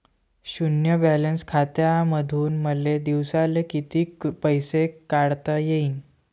शुन्य बॅलन्स खात्यामंधून मले दिवसाले कितीक पैसे काढता येईन?